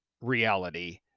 reality